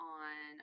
on